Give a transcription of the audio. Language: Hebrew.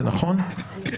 זה נכון?